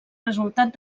resultat